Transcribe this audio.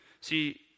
See